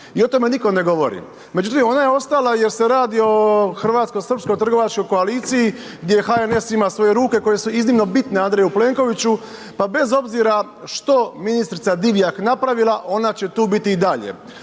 i o tome nitko ne govori. Međutim, ona je ostala jer se radi o Hrvatsko-srpsko- trgovačkoj koaliciji gdje HNS ima svoje ruke koje su iznimno bitne Andreju Plenkoviću, pa bez obzira što ministrica Divjak napravila ona će tu biti i dalje,